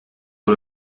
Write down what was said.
sur